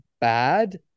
bad